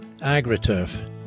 Agriturf